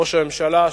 ראש הממשלה,